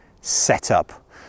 setup